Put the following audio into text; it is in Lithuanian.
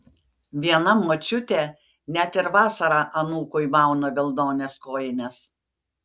viena močiutė net ir vasarą anūkui mauna vilnones kojines